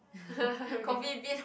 we can